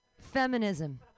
Feminism